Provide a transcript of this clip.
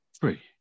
Three